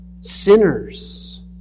sinners